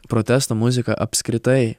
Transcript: protesto muzika apskritai